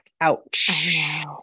Ouch